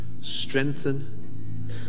strengthen